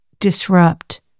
disrupt